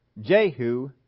Jehu